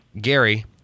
Gary